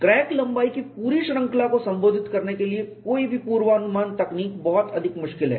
crack लंबाई की पूरी श्रृंखला को संबोधित करने के लिए कोई भी पूर्वानुमान तकनीक बहुत अधिक मुश्किल है